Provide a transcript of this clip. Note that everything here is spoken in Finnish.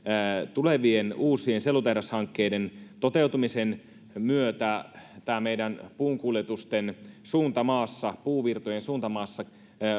tulevien uusien sellutehdashankkeiden toteutumisen myötä näiden meidän puunkuljetustemme suunta maassa puuvirtojemme suunta maassa